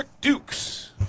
Dukes